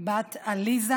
בת עליזה